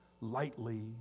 lightly